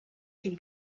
can